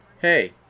Hey